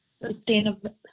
sustainable